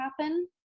happen